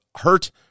hurt